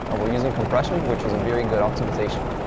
we're using compression, which is a very good optimization.